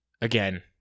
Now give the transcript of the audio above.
Again